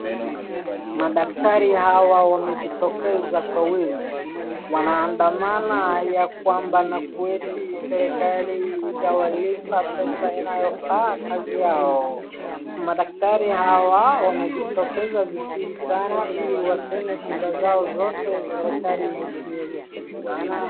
Madaktari hawa wamejitokeza kwa wingi. Wanaandamana ya kwamba na kuweti serikali haijawalipa pesa inayoifaa kazi yao. Madaktari hawa wamejitokeza vizuri sana ili waseme shida zao zote serikali ihudumie vizuri sana.